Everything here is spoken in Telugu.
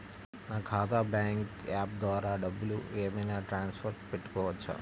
నా ఖాతా బ్యాంకు యాప్ ద్వారా డబ్బులు ఏమైనా ట్రాన్స్ఫర్ పెట్టుకోవచ్చా?